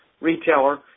retailer